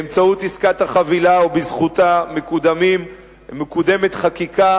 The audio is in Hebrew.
באמצעות עסקת החבילה או בזכותה מקודמת חקיקה